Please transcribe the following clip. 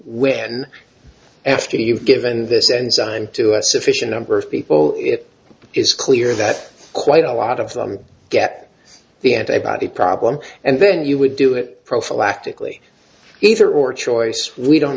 when after you've given this enzyme to a sufficient number of people it is clear that quite a lot of them get the antibiotic problem and then you would do it prophylactic lee either or choice we don't